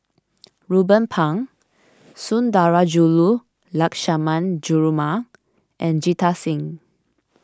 Ruben Pang Sundarajulu Lakshmana Perumal and Jita Singh